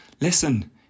listen